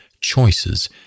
choices